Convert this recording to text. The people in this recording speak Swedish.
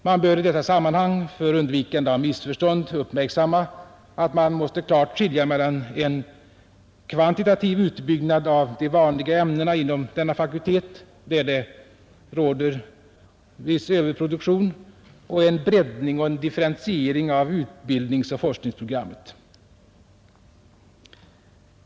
Man bör i detta sammanhang för undvikande av missförstånd uppmärksamma att det måste klart skiljas mellan en kvantitativ utbyggnad av de vanliga ämnena inom denna fakultet där det råder viss överproduktion och en breddning och differentiering av utbildningsoch forskningsprogrammet.